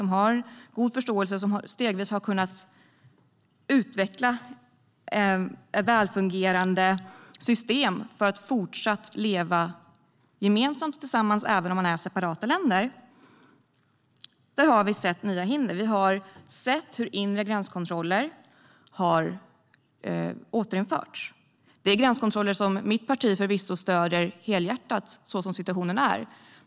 Vi har god förståelse för varandra och har stegvis kunnat utveckla väl fungerande system för att fortsätta leva tillsammans även om vi är separata länder. Inre gränskontroller har återinförts. Det är gränskontroller som mitt parti förvisso stöder helhjärtat, så som situationen är i dag.